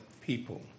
people